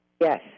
yes